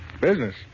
Business